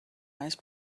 ice